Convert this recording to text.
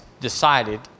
decided